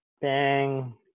Bang